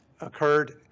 occurred